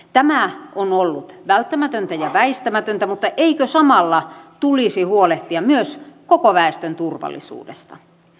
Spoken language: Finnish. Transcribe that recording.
tämä on ollut välttämätöntä ja väistämätöntä mutta eikö samalla tulisi huolehtia myös koko väestön turvallisuudesta